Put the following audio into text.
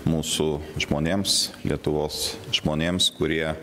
mūsų žmonėms lietuvos žmonėms kurie